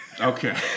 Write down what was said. Okay